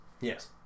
Yes